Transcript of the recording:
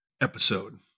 episode